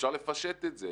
אפשר לפשט את זה.